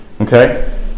Okay